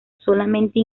solamente